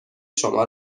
شما